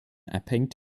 abhängt